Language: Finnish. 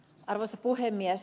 arvoisa puhemies